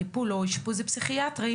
טיפול או אשפוז פסיכיאטרי,